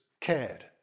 cared